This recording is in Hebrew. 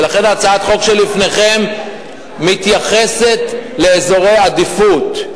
ולכן הצעת החוק שלפניכם מתייחסת לאזורי עדיפות.